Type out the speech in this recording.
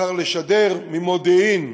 בחר לשדר ממודיעין,